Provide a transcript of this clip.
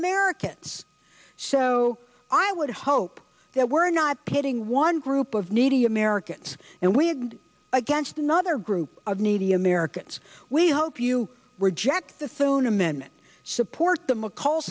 americans so i would hope that we're not getting one group of needy americans and we add against another group of needy americans we hope you reject the soon amendment support the mc